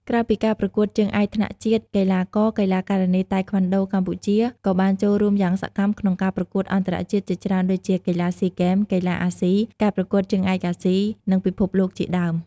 ក្រៅពីការប្រកួតជើងឯកថ្នាក់ជាតិ កីឡាករ កីឡាការិនីតៃក្វាន់ដូកម្ពុជាក៏បានចូលរួមយ៉ាងសកម្មក្នុងការប្រកួតអន្តរជាតិជាច្រើនដូចជា កីឡាស៊ីហ្គេម កីឡាអាស៊ី ការប្រកួតជើងឯកអាស៊ី និងពិភពលោកជាដើម។